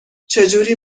چجوری